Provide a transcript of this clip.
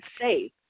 safe